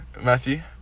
Matthew